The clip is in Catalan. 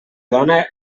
dona